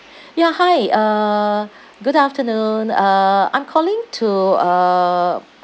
ya hi uh good afternoon uh I'm calling to uh